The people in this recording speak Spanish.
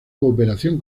cooperación